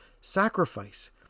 sacrifice